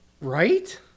Right